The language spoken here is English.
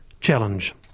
challenge